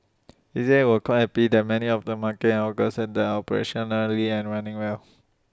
he said was quite happy that many of the markets and hawker centres are operationally and running well